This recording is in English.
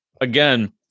Again